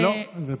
לא, גברתי.